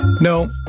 No